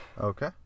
Okay